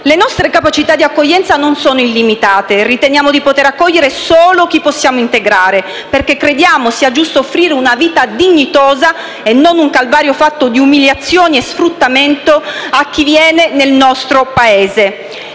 Le nostre capacità di accoglienza non sono illimitate; riteniamo di poter accogliere solo chi possiamo integrare, perché crediamo sia giusto offrire una vita dignitosa, e non un calvario fatto di umiliazioni e sfruttamento, a chi viene nel nostro Paese.